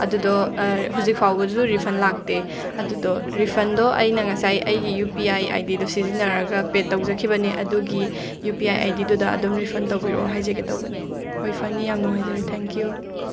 ꯑꯗꯨꯗꯣ ꯍꯧꯖꯤꯛ ꯐꯥꯎꯕꯁꯨ ꯔꯤꯐꯟ ꯂꯥꯛꯇꯦ ꯑꯗꯨꯗꯣ ꯐꯤꯐꯟꯗꯣ ꯑꯩꯅ ꯉꯁꯥꯏ ꯑꯩꯒꯤ ꯌꯨ ꯄꯤ ꯑꯥꯏ ꯑꯥꯏꯗꯤꯗꯣ ꯁꯤꯖꯤꯟꯅꯔꯒ ꯄꯦꯠ ꯇꯧꯖꯈꯤꯕꯅꯦ ꯑꯗꯨꯒꯤ ꯌꯨ ꯄꯤ ꯑꯥꯏ ꯑꯥꯏꯗꯤꯗꯨꯗ ꯑꯗꯨꯝ ꯔꯤꯐꯟ ꯇꯧꯕꯤꯔꯛꯑꯣ ꯍꯥꯏꯖꯒꯦ ꯇꯧꯕꯅꯤ ꯍꯣꯏ ꯐꯅꯤ ꯌꯥꯝ ꯅꯨꯡꯉꯥꯏꯖꯔꯦ ꯊꯦꯡꯀ꯭ꯌꯨ